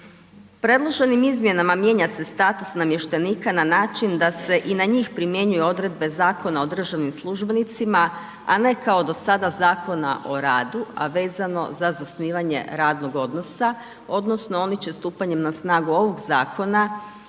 Predloženim izmjenama mijenja se status namještenika na način da se i na njih primjenjuju odredbe Zakona o državnim službenicima a ne kao do sada Zakona o radu a vezano za zasnivanje radnog odnosa odnosno oni će stupanjem na snagu ovog zakona